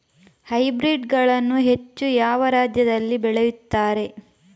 Hybrid ಗಳನ್ನು ಹೆಚ್ಚು ಯಾವ ರಾಜ್ಯದಲ್ಲಿ ಬೆಳೆಯುತ್ತಾರೆ?